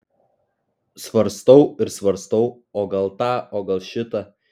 svarstau ir svarstau o gal tą o gal šitą